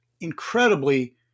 incredibly